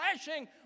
flashing